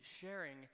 sharing